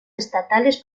estatales